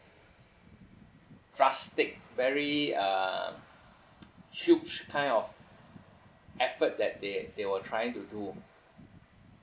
drastic very uh huge kind of effort that they they were trying to do